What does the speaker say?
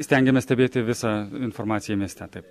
stengiamės stebėti visą informaciją mieste taip